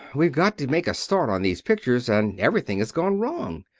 we've got to make a start on these pictures and everything has gone wrong.